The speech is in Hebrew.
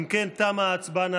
אם כן תמה ההצבעה.